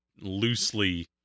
loosely